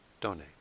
donate